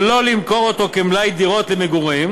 שלא למכור אותו כמלאי דירות למגורים